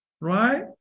right